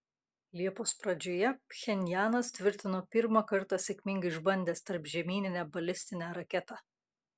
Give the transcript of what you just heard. liepos pradžioje pchenjanas tvirtino pirmą kartą sėkmingai išbandęs tarpžemyninę balistinę raketą